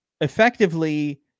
effectively